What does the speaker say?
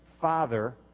father